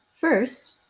first